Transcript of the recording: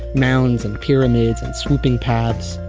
mounds and pyramids and swooping paths,